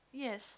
yes